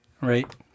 right